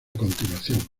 continuación